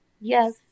Yes